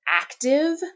active